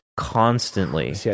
constantly